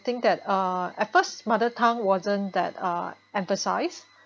think that uh at first mother tongue wasn't that uh emphasize